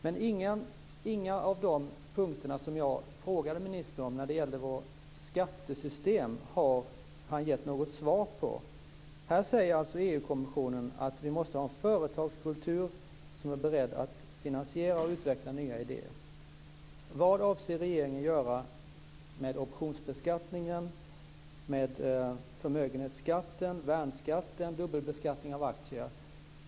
Men ministern har inte gett något svar på någon av de punkter som jag frågade om när det gällde vårt skattesystem. Här säger EU-kommissionen att vi måste ha en företagskultur som är beredd att finansiera och utveckla nya idéer. Vad avser regeringen göra med optionsbeskattningen, förmögenhetsskatten, värnskatten och dubbelbeskattningen av aktier?